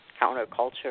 counterculture